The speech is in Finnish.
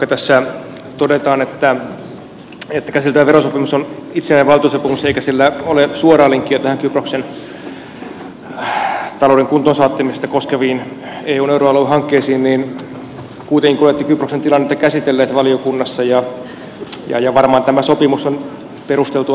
vaikka tässä todetaan että käsiteltävä verosopimus on itsenäinen valtiosopimus eikä sillä ole suoraa linkkiä näihin kyproksen talouden kuntoon saattamista koskeviin eun euroalueen hankkeisiin niin kuitenkin kun olette kyproksen tilannetta käsitelleet valiokunnassa niin varmaan tämä sopimus on perusteltua hyväksyä